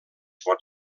pot